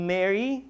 Mary